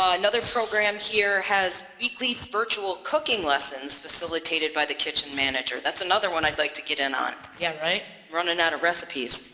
ah another program here has weekly virtual cooking lessons facilitated by the kitchen manager. that's another one i'd like to get in on. yeah right? running out of recipes.